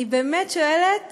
אני באמת שואלת